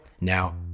Now